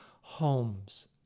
homes